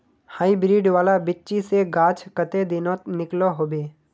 Hybrid वाला बिच्ची से गाछ कते दिनोत निकलो होबे?